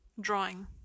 drawing